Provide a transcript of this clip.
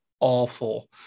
awful